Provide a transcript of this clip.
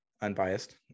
unbiased